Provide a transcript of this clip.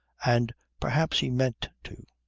and perhaps he meant to.